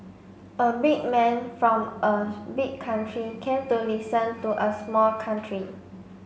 a big man from a big country came to listen to a small country